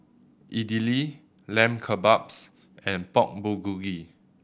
Idili Lamb Kebabs and Pork Bulgogi